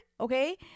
Okay